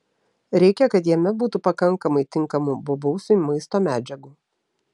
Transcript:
reikia kad jame būtų pakankamai tinkamų bobausiui maisto medžiagų